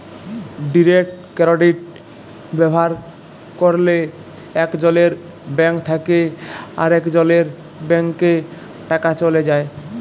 direct credit ব্যাভার ক্যরলে একজলের ব্যাংক থ্যাকে আরেকজলের ব্যাংকে টাকা চ্যলে যায়